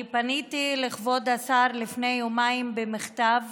אני פניתי לכבוד השר לפני יומיים במכתב